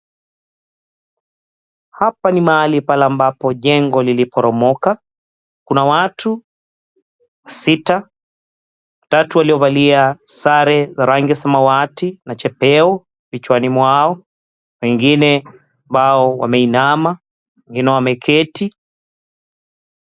Hapa ni mahali ambapo jengo liliporomoka. Kuna watu sita, watatu waliovalia sare za rangi samawati na chepeo vichwani mwao. Wengine ambao wameinama, wengine wameketi.